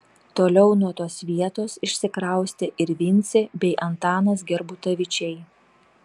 toliau nuo tos vietos išsikraustė ir vincė bei antanas gerbutavičiai